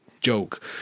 joke